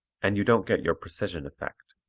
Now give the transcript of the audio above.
and you don't get your precision effect.